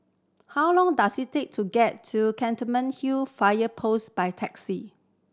how long does it take to get to Fire Post by taxi